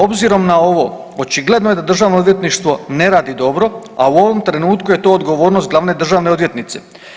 Obzirom na ovo očigledno je da državno odvjetništvo ne radi dobro, a ovom trenutku je to odgovornost glavne državne odvjetnice.